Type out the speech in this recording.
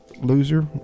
loser